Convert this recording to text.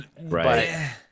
Right